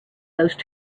those